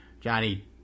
Johnny